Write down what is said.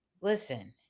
listen